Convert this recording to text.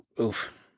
Oof